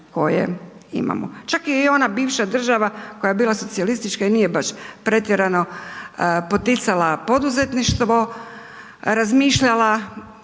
koje imamo, čak je ona bivša država koja je bila socijalistička i nije baš pretjerano poticala poduzetništvo razmišljala,